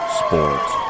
sports